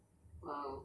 ha